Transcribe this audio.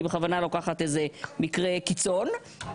אני בכוונה לוקחת איזה מקרה קיצון,